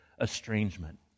estrangement